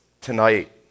tonight